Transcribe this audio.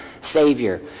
Savior